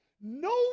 No